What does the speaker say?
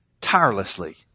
tirelessly